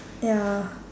ya